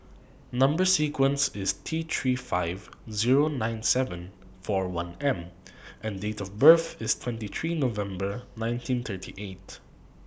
Number sequence IS T three five Zero nine seven four one M and Date of birth IS twenty three November nineteen thirty eight